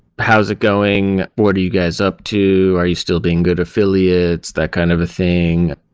how's it going, what are you guys up to? are you still being good affiliates, that kind of a thing.